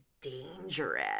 dangerous